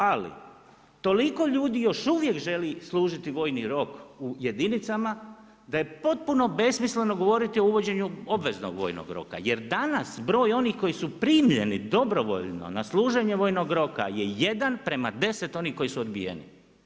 Ali toliko ljudi još uvijek želi služiti vojni rok u jedinicama da je potpuno besmisleno govoriti o uvođenju obveznog vojnog roka jer danas broj onih koji su primljeni dobrovoljno na služenje vojnog roka je 1: 10 onih koji su odbijeni.